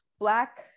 black